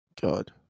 God